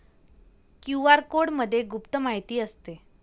QR कोडमध्ये गुप्त माहिती असते